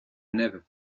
never